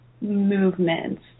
movements